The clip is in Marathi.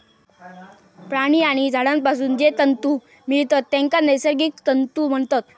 प्राणी आणि झाडांपासून जे तंतु मिळतत तेंका नैसर्गिक तंतु म्हणतत